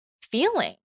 feeling